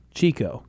Chico